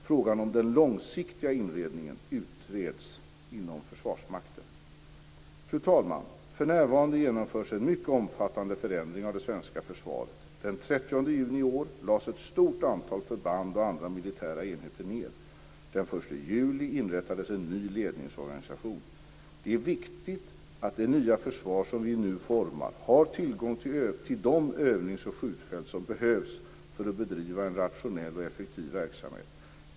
Frågan om den långsiktiga inriktningen utreds inom Försvarsmakten. Fru talman! För närvarande genomförs en mycket omfattande förändring av det svenska försvaret. Den 30 juni i år lades ett stort antal förband och andra militära enheter ned. Den 1 juli inrättades en ny ledningsorganisation. Det är viktigt att det nya försvar som vi nu formar har tillgång till de övnings och skjutfält som behövs för att bedriva en rationell och effektiv verksamhet.